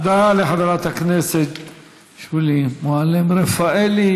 תודה לחברת הכנסת שולי מועלם-רפאלי.